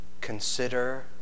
consider